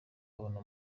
abona